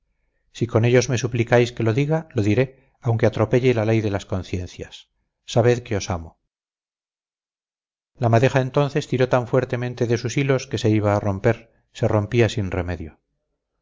si con ellos me suplicáis que lo diga lo diré aunque atropelle la ley de las conveniencias sabed que os amo la madeja entonces tiró tan fuertemente de sus hilos que se iba a romper se rompía sin remedio